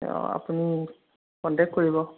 আপুনি কণ্টেক কৰিব